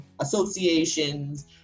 associations